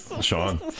Sean